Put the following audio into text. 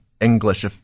English